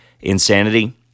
Insanity